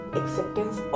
acceptance